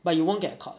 but you won't get caught